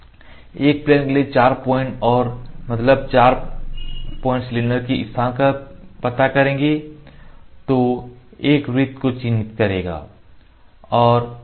1 plane के लिए 4 point है मतलब 4 पॉइंट सिलेंडर के स्थान का पता देंगे जो एक वृत्त को चिन्हित करेगा